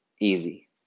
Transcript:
Easy